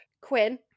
Quinn